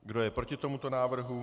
Kdo je proti tomuto návrhu?